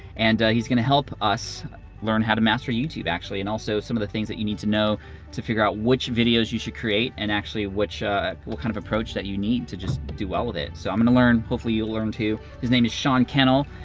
and he's gonna help us learn how to master youtube actually. and also some of the things that you need to know to figure out which videos you should create and what kind of approach that you need to just do well with it. so i'm gonna learn, hopefully you'll learn too. his name is sean cannell,